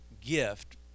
gift